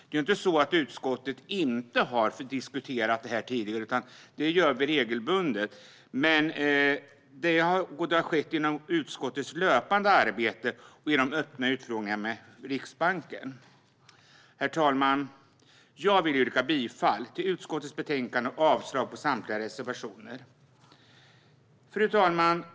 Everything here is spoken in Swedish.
Det är inte så att utskottet inte har diskuterat detta tidigare, utan det gör vi regelbundet. Men det borde ha skett under utskottets löpande arbete och i de öppna utfrågningarna med Riksbanken. Fru talman! Jag vill yrka bifall till utskottets förslag i betänkandet och avslag på samtliga reservationer. Fru talman!